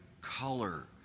color